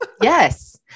Yes